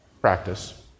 practice